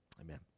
Amen